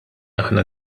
aħna